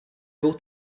dvou